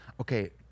okay